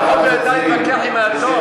לפחות אתה מתווכח עם האתון.